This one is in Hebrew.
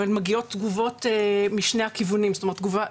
אבל מגיעות תגובות משני הכיוונים לגביהם.